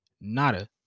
nada